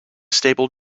stable